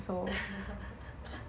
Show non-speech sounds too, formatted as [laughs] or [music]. [laughs]